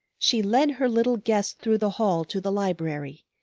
she led her little guest through the hall to the library,